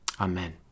Amen